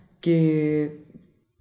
que